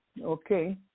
okay